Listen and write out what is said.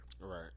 Right